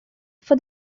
for